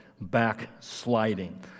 backsliding